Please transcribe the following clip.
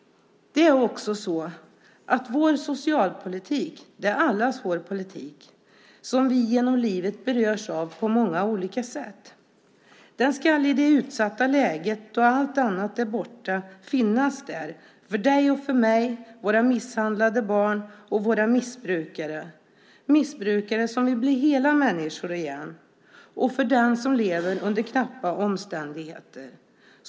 Det är också så att vår socialpolitik är allas vår politik som vi genom livet berörs av på många olika sätt. Den ska i det utsatta läget, då allt annat är borta, finnas där för dig och för mig, för våra misshandlade barn, för våra missbrukare, missbrukare som vill bli hela människor igen, och för den som lever under knappa omständigheter.